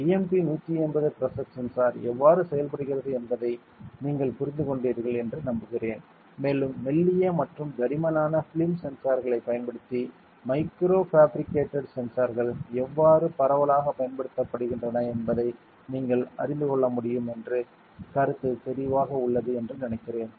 BMP180 pressure sensor எவ்வாறு செயல்படுகிறது என்பதை நீங்கள் புரிந்துகொண்டீர்கள் என்று நம்புகிறேன் மேலும் மெல்லிய மற்றும் தடிமனான ஃபிலிம் சென்சார்களைப் பயன்படுத்தி மைக்ரோ ஃபேப்ரிக்கேட்டட் சென்சார்கள் எவ்வாறு பரவலாகப் பயன்படுத்தப்படுகின்றன என்பதை நீங்கள் அறிந்துகொள்ள முடியும் என்று கருத்து தெளிவாக உள்ளது என்று நினைக்கிறேன்